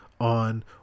on